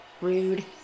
rude